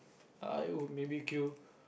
I would maybe queue